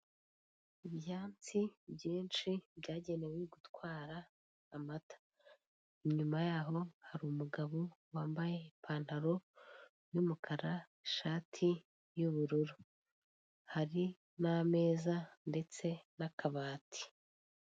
Ibyansi byinshi byagenewe gutwara amata inyuma yaho hari umugabo wambaye ipantaro y'umukara, ishati y'ubururu. Hari n'ameza ndetse n'akabati.